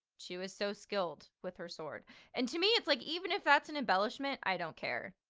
she was so skilled with her sword and to me it's like, even if that's an embellishment, i don't care.